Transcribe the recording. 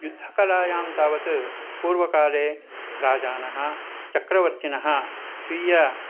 युद्धकलायां तावत् पूर्वकाले राजानः चक्रवर्तिनः स्वीय